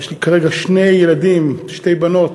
יש לי כרגע שני ילדים, שתי בנות,